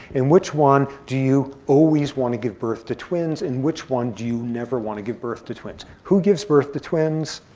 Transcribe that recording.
in which one do you always want to give birth to twins, in which one do you never want to give birth to twins? who gives birth to twins?